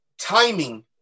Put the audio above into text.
timing